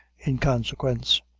in consequence.